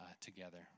together